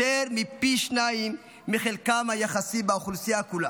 יותר מפי שניים מחלקם היחסי באוכלוסייה כולה.